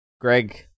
Greg